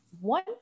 One